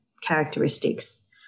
characteristics